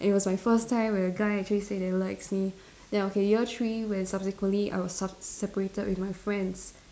it was my first time where a guy actually say that he likes me then okay year three where subsequently I was sep~ separated with my friends